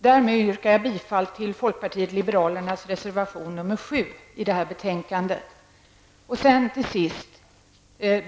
Därmed yrkar jag bifall till folkpartiet liberalernas reservation nr 7 till detta betänkande.